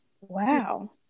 Wow